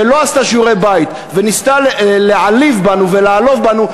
שלא עשתה שיעורי בית וניסתה להעליב אותנו ולעלוב בנו,